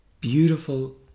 Beautiful